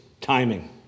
timing